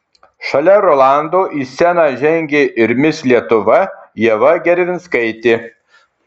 šalia rolando į sceną žengė ir mis lietuva ieva gervinskaitė